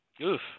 Oof